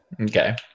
Okay